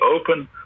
open